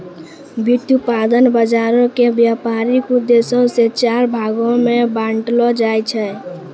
व्युत्पादन बजारो के व्यपारिक उद्देश्यो से चार भागो मे बांटलो जाय छै